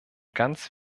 ganz